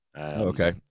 Okay